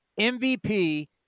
MVP